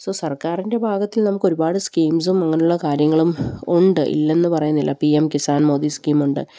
so സർക്കാരിൻ്റെ ഭാഗത്തുനിന്ന് നമുക്കൊരുപാട് സ്കീംസും അങ്ങനെയുള്ള കാര്യങ്ങളുമുണ്ട് ഇല്ലെന്ന് പറയുന്നില്ല പി എം കിസാൻ മോദി സ്കീമുണ്ട്